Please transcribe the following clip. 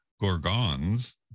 Gorgons